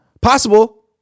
Possible